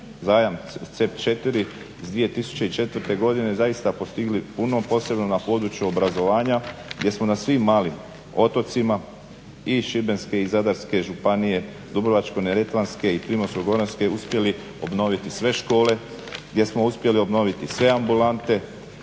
zajam CEB IV iz 2004. godine zaista postigli puno posebno na području obrazovanja gdje smo na svim malim otocima i Šibenske i Zadarske županije, Dubrovačko-neretvanske i Primorsko-goranske uspjeli obnoviti sve škole, gdje smo uspjeli obnoviti sve ambulante